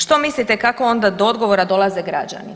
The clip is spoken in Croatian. Što mislite kako onda do odgovora dolaze građani?